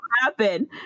happen